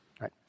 Right